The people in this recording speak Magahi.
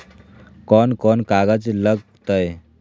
कौन कौन कागज लग तय?